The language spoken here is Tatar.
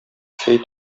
чәй